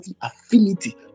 affinity